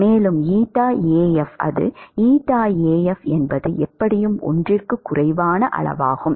மேலும் Af அது Af என்பது எப்படியும் 1 க்கும் குறைவான அளவாகும்